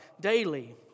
daily